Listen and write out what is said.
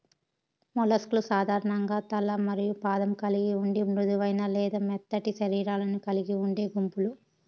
mollusc లు సాధారణంగా తల మరియు పాదం కలిగి ఉండి మృదువైన లేదా మెత్తటి శరీరాలను కలిగి ఉండే గుంపులు